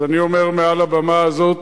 אז אני אומר מעל הבמה הזאת: